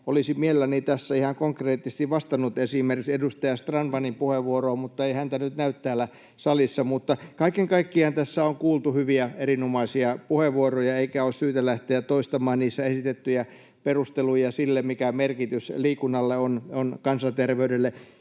olisin mielelläni tässä ihan konkreettisesti vastannut esimerkiksi edustaja Strandmanin puheenvuoroon, mutta ei häntä nyt näy täällä salissa. Mutta kaiken kaikkiaan tässä on kuultu hyviä, erinomaisia puheenvuoroja, eikä ole syytä lähteä toistamaan niissä esitettyjä perusteluja sille, mikä merkitys liikunnalla on kansanterveydelle.